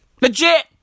Legit